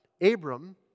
Abram